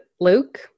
Luke